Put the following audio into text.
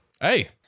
Hey